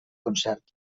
concert